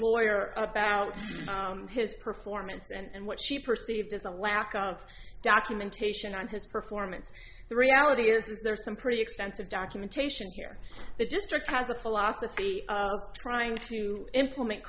lawyer about his performance and what she perceived as a lack of documentation on his performance the reality is there are some pretty extensive documentation here the district has a philosophy of trying to implement